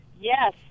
Yes